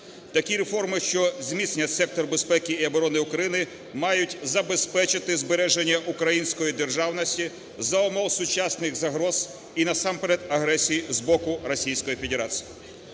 Такі реформи, що зміцнять сектор безпеки і оборони України, мають забезпечити збереження української державності за умов сучасних загроз і, насамперед, агресії з боку